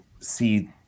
see